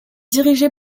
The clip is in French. dirigé